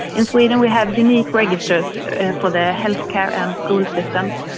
in sweden we have unique registers for the healthcare and school systems,